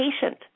patient